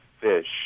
fish